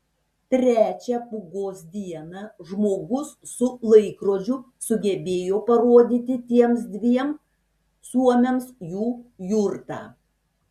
trečią pūgos dieną žmogus su laikrodžiu sugebėjo parodyti tiems dviem suomiams jų jurtą